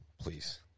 please